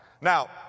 Now